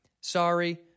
sorry